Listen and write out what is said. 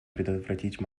предотвратить